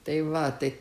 tai va tai